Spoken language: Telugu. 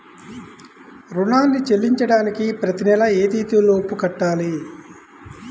రుణాన్ని చెల్లించడానికి ప్రతి నెల ఏ తేదీ లోపు కట్టాలి?